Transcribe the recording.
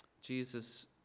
Jesus